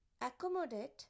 Accommodate